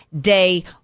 day